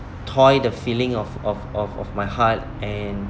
toy the feeling of of of of my heart and